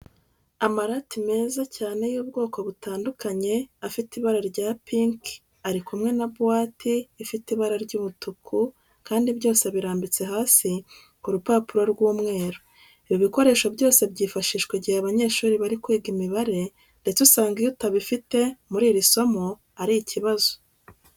Amarati meza cyane y'ubwoko butandukanye afite ibara rya pinki ari kumwe na buwate ifite ibara ry'umutuku kandi byose birambitse hasi ku rupapuro rw'umweru. Ibi bikoresho byose byifashishwa igihe abanyeshuri bari kwiga imibare ndetse usanga iyo utabifite muri iri somo ari ikibazo.